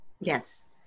Yes